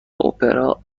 اپرا